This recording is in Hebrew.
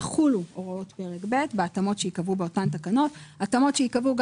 יחולו הוראות פרק ב' ב התאמות שייקבעו באותן תקנות - התאמות שייקבעו,